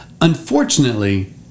Unfortunately